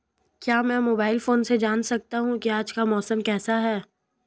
क्या मैं mobile phone से जान सकता हूँ कि आज मौसम कैसा रहेगा?